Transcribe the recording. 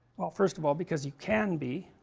well first of all because you can be,